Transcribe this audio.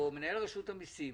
או מנהל רשות המיסים,